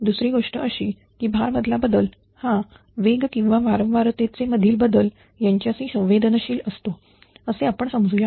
दुसरी गोष्ट अशी की भार मधला बदल हा वेग किंवा वारंवारतेचे मधील बदल यांच्याशी संवेदनशील असतो असे आपण समजू या